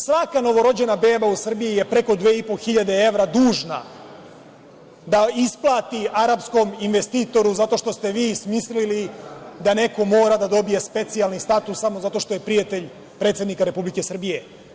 Svaka novorođena beba u Srbiji je preko 2.500 evra dužna da isplati arapskom investitoru zato što ste vi smislili da neko mora da dobije specijalni status samo zato što je prijatelj predsednika Republike Srbije.